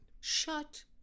Shut